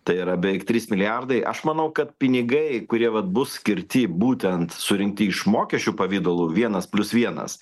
tai yra beveik trys milijardai aš manau kad pinigai kurie vat bus skirti būtent surinkti iš mokesčių pavidalu vienas plius vienas